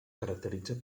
caracteritza